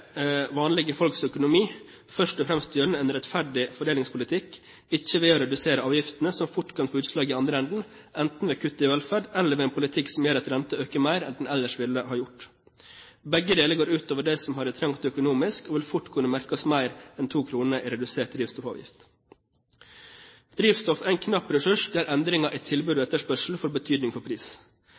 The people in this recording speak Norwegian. vanlige folks økonomi først og fremst gjennom en rettferdig fordelingspolitikk, ikke ved å redusere avgiftene, som fort kan få utslag i andre enden – enten ved kutt i velferd, eller ved en politikk som gjør at renten øker mer enn den ellers ville ha gjort. Begge deler går ut over dem som har det trangt økonomisk, og vil fort kunne merkes mer enn 2 kr i redusert drivstoffavgift. Drivstoff er en knapp ressurs der endringer i tilbud og etterspørsel får betydning for pris.